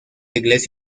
iglesia